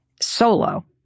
solo